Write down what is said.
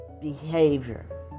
behavior